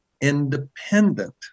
independent